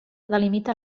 delimita